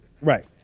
Right